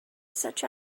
such